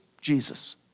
Jesus